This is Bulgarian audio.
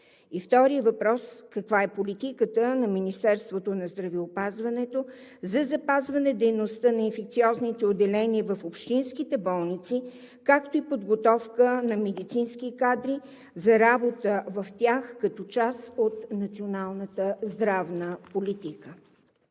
И вторият въпрос: каква е политиката на Министерството на здравеопазването за запазване дейността на инфекциозните отделения в общинските болници, както и подготовка на медицински кадри за работа в тях, като част от националната здравна политика?